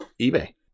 eBay